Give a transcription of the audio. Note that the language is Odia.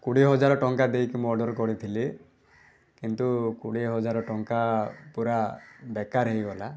କୋଡ଼ିଏ ହଜାର ଟଙ୍କା ଦେଇକି ମୁଁ ଅର୍ଡ଼ର୍ କରିଥିଲି କିନ୍ତୁ କୋଡ଼ିଏ ହଜାର ଟଙ୍କା ପୂରା ବେକାର ହେଇଗଲା